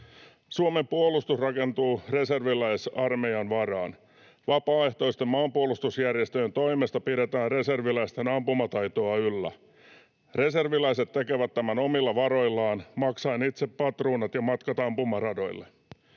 Suomen puolustus rakentuu reserviläisarmeijan varaan. Vapaaehtoisten maanpuolustusjärjestöjen toimesta pidetään reserviläisten ampumataitoa yllä. Reserviläiset tekevät tämän omilla varoillaan maksaen itse patruunat ja matkat ampumaradoille.